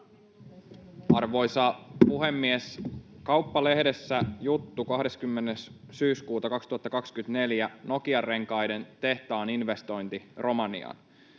Arvoisa puhemies! Kauppalehdessä juttu 20. syyskuuta 2024: ”Nokian Renkaiden tehtaan investointi Romaniaan.”